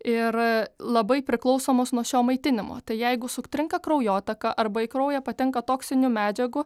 ir labai priklausomos nuo šio maitinimo tai jeigu sutrinka kraujotaka arba į kraują patenka toksinių medžiagų